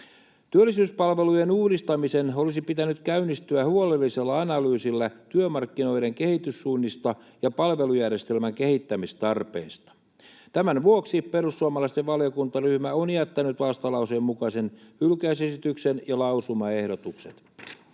Työllisyyspalvelujen uudistamisen olisi pitänyt käynnistyä huolellisella analyysilla työmarkkinoiden kehityssuunnista ja palvelujärjestelmän kehittämistarpeista. Tämän vuoksi perussuomalaisten valiokuntaryhmä on jättänyt vastalauseen mukaisen hylkäysesityksen ja lausumaehdotuksen.